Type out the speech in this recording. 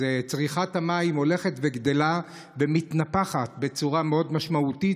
צריכת המים הולכת וגדלה ומתנפחת בצורה מאוד משמעותית,